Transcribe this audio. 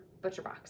ButcherBox